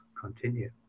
continue